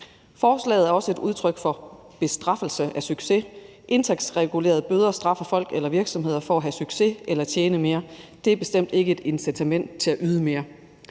Forslaget er også et udtryk for, at man straffer succes. Indtægtsregulerede bøder straffer folk eller virksomheder for at have succes eller tjene mere. Det er bestemt ikke et incitament til at yde mere.